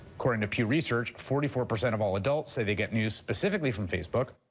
according to pew research. forty four percent of all adults say they get news specifically from facebook.